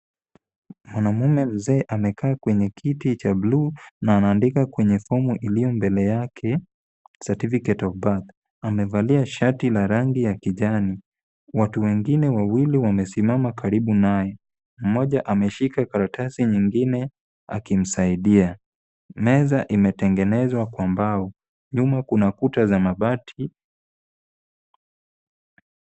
Mwanamume mzee amekaa kwenye kiti cha bluu na anandika kwenye fomu iliyo mbele yake, Certificate of Birth amevalia shati la rangi ya kijani. Watu wengine wawili wamesimama karibu naye, mmoja ameshika karatasi nyingine akimsaidia. Meza imetengenezwa kwa mbao. Nyuma kuna kuta za mabati.